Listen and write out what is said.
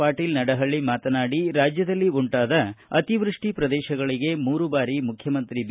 ಪಾಟೀಲ್ ನಡಹಳ್ಳಿ ಮಾತನಾಡಿ ರಾಜ್ಜದಲ್ಲಿ ಉಂಟಾದ ಅತಿವೃಷ್ಟಿ ಪ್ರದೇಶಗಳಿಗೆ ಮೂರು ಬಾರಿ ಮುಖ್ಣಮಂತ್ರಿ ಬಿ